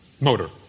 motor